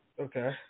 Okay